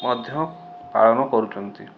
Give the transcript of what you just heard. ମଧ୍ୟ ପାଳନ କରୁଛନ୍ତି